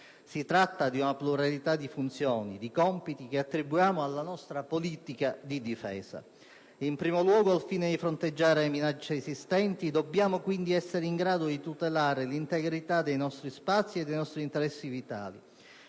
Si tratta di una pluralità di funzioni e di compiti che attribuiamo alla nostra politica di difesa. In primo luogo, al fine di fronteggiare le minacce esistenti, dobbiamo essere in grado di tutelare l'integrità dei nostri spazi e dei nostri interessi vitali,